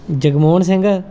Jagmohan Singh